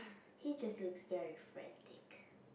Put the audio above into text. he just looks very frantic